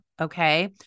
Okay